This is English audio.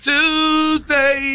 Tuesday